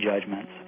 judgments